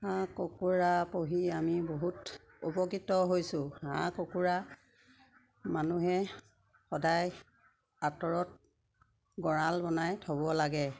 হাঁহ কুকুৰা পুহি আমি বহুত উপকৃত হৈছোঁ হাঁহ কুকুৰা মানুহে সদায় আঁতৰত গঁৰাল বনাই থ'ব লাগে